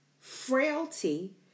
frailty